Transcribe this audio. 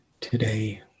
Today